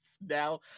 now